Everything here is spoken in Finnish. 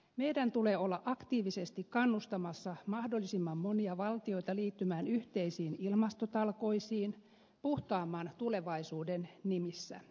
meidän tulee olla aktiivisesti kannustamassa mahdollisimman monia valtioita liittymään yhteisiin ilmastotalkoisiin puhtaamman tulevaisuuden nimissä